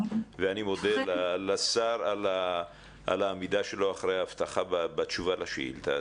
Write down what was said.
ואני מודה לשר על העמידה שלו אחרי הבטחה בתשובה לשאילתה.